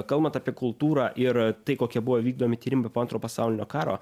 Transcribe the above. kalbant apie kultūrą ir tai kokie buvo vykdomi tyrimai po antro pasaulinio karo